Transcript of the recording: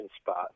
spot